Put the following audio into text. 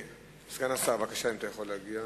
סגן השר, בבקשה, אם אתה יכול להגיע